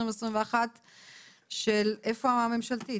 התשפ"ב-2021 של חבר הכנסת סמי אבו שחאדה.